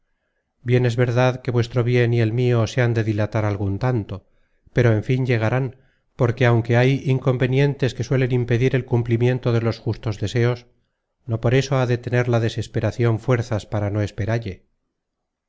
verdad que vuestro bien y el mio se han de dilatar algun tanto pero en fin llegarán porque aunque hay inconvenientes que suelen impedir el cumplimiento de los justos deseos no por eso ha de tener la desesperacion fuerzas para no esperalle